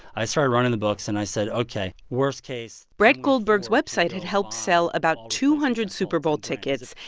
i started running the books. and i said, ok, worst case. bret goldberg's website had helped sell about two hundred super bowl tickets.